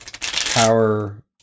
power